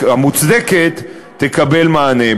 המוצדקת, תקבל מענה.